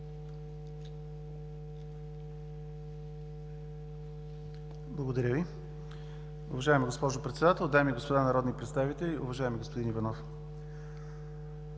Благодаря Ви. Уважаема госпожо Председател, дами и господа народни представители! Уважаеми господин Иванов,